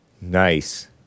Nice